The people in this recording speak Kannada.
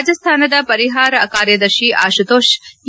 ರಾಜಸ್ಥಾನದ ಪರಿಹಾರ ಕಾರ್ಯದರ್ಶಿ ಅಶುತೋಷ್ ಎ